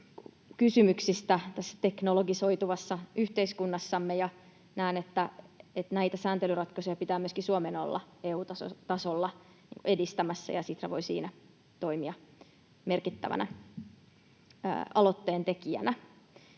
kysymyksistä tässä teknologisoituvassa yhteiskunnassamme, ja näen, että näitä sääntelyratkaisuja pitää myöskin Suomen olla EU-tasolla edistämässä ja Sitra voi siinä toimia merkittävänä aloitteentekijänä.